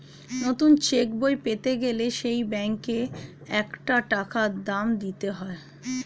নতুন চেক বই পেতে গেলে সেই ব্যাংকে একটা টাকা দাম দিতে হয়